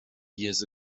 years